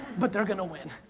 but they're gonna win.